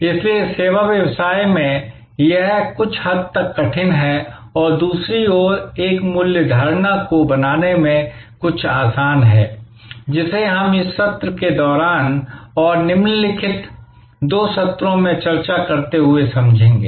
इसलिए सेवा व्यवसाय में यह कुछ हद तक कठिन है और दूसरी ओर इस मूल्य धारणा को बनाने में कुछ आसान है जिसे हम इस सत्र के दौरान और निम्नलिखित दो सत्रों में चर्चा करते हुए समझेंगे